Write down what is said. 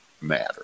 matter